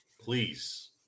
please